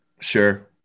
Sure